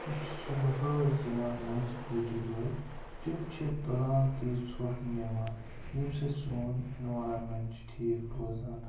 یہِ چھِ صُبحٲے یِوان مُنسِپٔلٹی وٲلۍ تِم چھِ تُلان تہٕ یہِ ژھۄٹھ نِوان ییٚمہِ سۭتۍ سون اٮ۪نوارَمٮ۪نٛٹ چھِ ٹھیٖک روزان